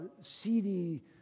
seedy